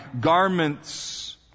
garments